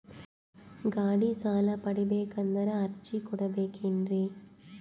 ಗಾಡಿ ಸಾಲ ಪಡಿಬೇಕಂದರ ಅರ್ಜಿ ಕೊಡಬೇಕೆನ್ರಿ?